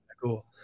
Cool